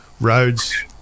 roads